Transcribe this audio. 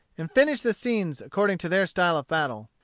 and finish the scene according to their style of battle,